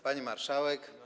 Pani Marszałek!